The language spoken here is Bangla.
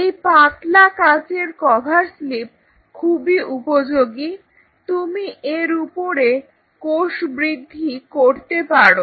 এই পাতলা কাঁচের কভার স্লিপ খুবই উপযোগী তুমি এর উপরে কোষ বৃদ্ধি করতে পারো